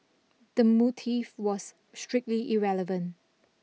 the motive was strictly irrelevant